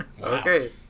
Okay